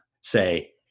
say